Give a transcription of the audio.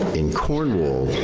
in cornwall,